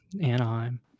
Anaheim